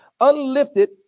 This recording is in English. unlifted